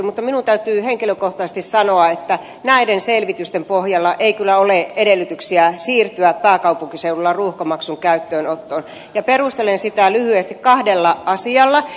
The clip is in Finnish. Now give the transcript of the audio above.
mutta minun täytyy henkilökohtaisesti sanoa että näiden selvitysten pohjalla ei kyllä ole edellytyksiä siirtyä pääkaupunkiseudulla ruuhkamaksun käyttöönottoon ja perustelen sitä lyhyesti kahdella asialla